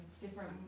different